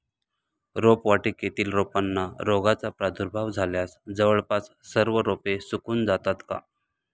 रोपवाटिकेतील रोपांना रोगाचा प्रादुर्भाव झाल्यास जवळपास सर्व रोपे सुकून जातात का?